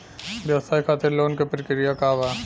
व्यवसाय खातीर लोन के प्रक्रिया का बा?